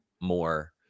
more